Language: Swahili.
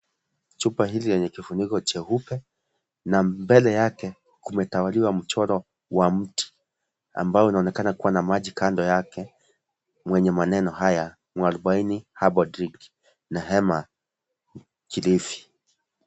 Chupa hili lenye kifuniko cheupe, na mbele yake kumetawaliwa na mchoro wa mti, ambao unaonekana kuwa na maji kando yake, nwenye maneno haya Mwarubaini Herbal drink , na Neem Mkilifi.